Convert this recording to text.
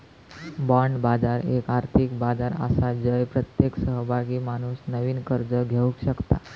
bond बाजार एक आर्थिक बाजार आसा जय प्रत्येक सहभागी माणूस नवीन कर्ज घेवक शकता